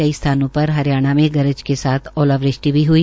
कई स्थानों पर हरियाणा मे गरज के साथ ओलावृष्टि भी हई